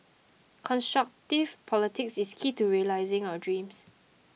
constructive politics is key to realising our dreams